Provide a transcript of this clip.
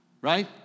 Right